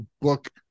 book